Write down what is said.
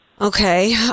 Okay